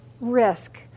risk